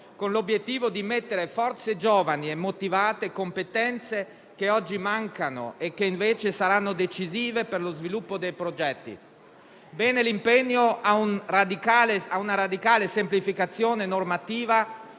con l'obiettivo di immettere forze giovani e motivate competenze, che oggi mancano e che invece saranno decisive per lo sviluppo dei progetti. Bene l'impegno a una radicale semplificazione normativa,